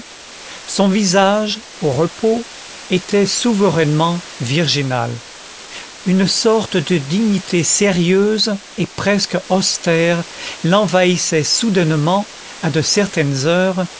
son visage au repos était souverainement virginal une sorte de dignité sérieuse et presque austère l'envahissait soudainement à de certaines heures